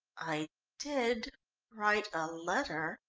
i did write a letter,